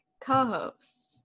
co-hosts